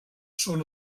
són